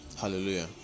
Hallelujah